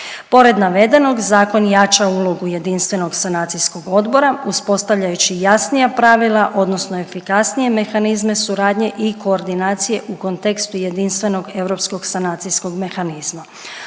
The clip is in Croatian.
Pored navedenog zakon jača ulogu jedinstvenog sanacijskog odbora uspostavljajući jasnija pravila odnosno efikasnije mehanizme suradnje i koordinacije u kontekstu jedinstvenog europskog sanacijskog mehanizma.